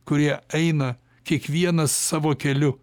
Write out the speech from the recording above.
kurie eina kiekvienas savo keliu